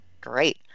Great